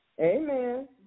Amen